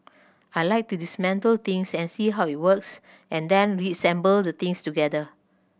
I like to dismantle things and see how it works and then reassemble the things together